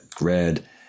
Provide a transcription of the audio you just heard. red